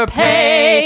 pay